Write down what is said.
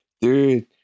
Dude